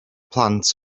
plant